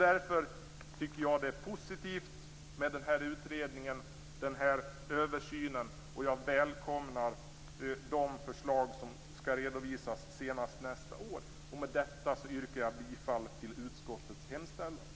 Därför är det positivt med denna utredning och denna översyn. Jag välkomnar de förslag som skall redovisas senast nästa år. Med detta yrkar jag bifall till utskottets hemställan.